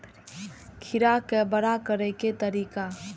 खीरा के बड़ा करे के तरीका?